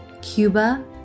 Cuba